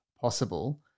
possible